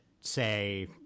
say